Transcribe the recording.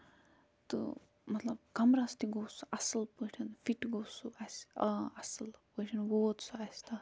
تہٕ مطلب کَمرَس تہِ گوٚژھ اَصٕل پٲٹھٮ۪ن فِٹ گوٚو سُہ اَسہِ آ اَصٕل پٲٹھٮ۪ن ووٚت سُہ اَسہِ تتھ